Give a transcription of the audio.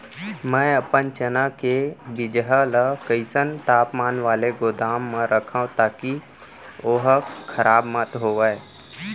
मैं अपन चना के बीजहा ल कइसन तापमान वाले गोदाम म रखव ताकि ओहा खराब मत होवय?